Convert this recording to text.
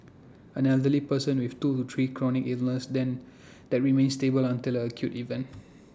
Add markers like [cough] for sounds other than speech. an elderly person with two to three chronic illnesses that [noise] remain stable until an acute event [noise]